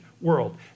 world